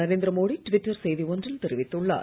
Narendra Modi Twitter செய்தி ஒன்றில் தெரிவித்துள்ளார்